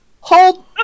Hold